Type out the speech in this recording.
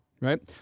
right